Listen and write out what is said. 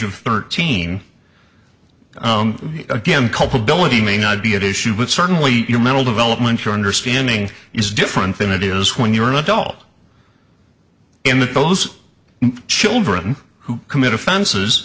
of thirteen again culpability may not be at issue but certainly your mental development your understanding is different than it is when you're an adult and that those children who commit offenses